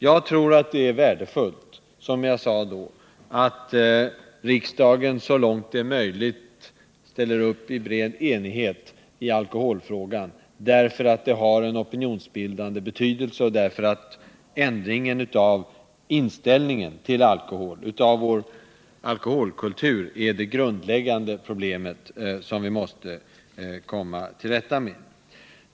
Jag tror, som jag då sade, att det är värdefullt att riksdagen så långt det är möjligt ställer upp i bred enighet i alkholfrågan, eftersom det har en opinionsbildande betydelse och eftersom det grundläggande problemet är att åstadkomma en ändring av inställningen till alkohol och av vår alkoholkultur.